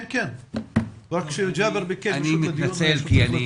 כן, כן, רק שג'אבר ביקש רשות הדיבור.